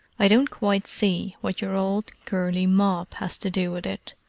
i don't quite see what your old curly mop has to do with it,